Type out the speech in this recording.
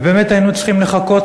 ובאמת היינו צריכים לחכות.